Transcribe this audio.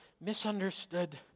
misunderstood